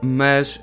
mas